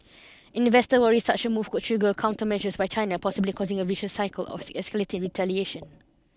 investors worry such a move could trigger countermeasures by China possibly causing a vicious cycle of escalating retaliation